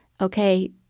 Okay